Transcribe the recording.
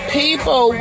people